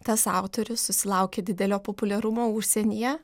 tas autorius susilaukė didelio populiarumo užsienyje